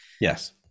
Yes